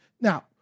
Now